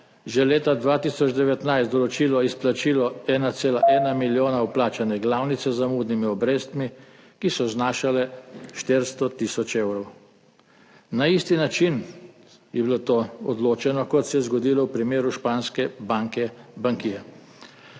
že leta 2019 določilo izplačilo 1,1 milijona vplačane glavnice z zamudnimi obrestmi, ki so znašale 400 tisoč evrov. To je bilo odločeno na isti način, kot se je zgodilo v primeru španske banke Bankie.